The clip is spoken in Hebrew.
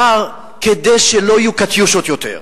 אמר: כדי שלא יהיו "קטיושות" יותר.